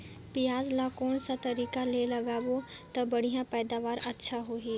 पियाज ला कोन सा तरीका ले लगाबो ता बढ़िया पैदावार अच्छा होही?